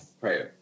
right